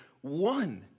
one